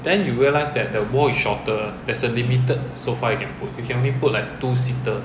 bury ah